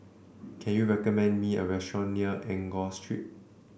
can you recommend me a restaurant near Enggor Street